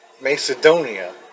Macedonia